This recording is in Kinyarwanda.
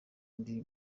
ndi